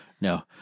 No